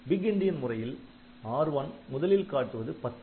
big endian முறையில் R1 முதலில் காட்டுவது '10'